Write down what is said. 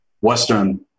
Western